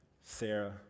Sarah